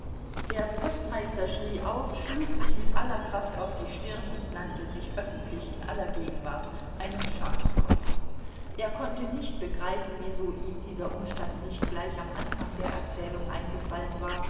der postmeister schrie auf schlug sich mit aller kraft auf die stirn und nannte sich öffentlich in aller gegenwart einen schafskopf er konnte nicht begreifen wieso ihm dieser umstand nicht gleich am anfang der erzählung eingefallen war